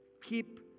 Keep